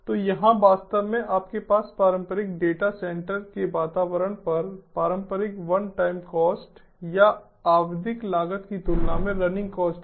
तो यहां वास्तव में आपके पास पारंपरिक डेटा सेंटर के वातावरण पर पारंपरिक वनटाइम कॉस्ट या आवधिक लागत की तुलना में रनिंग कॉस्ट हैं